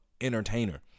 entertainer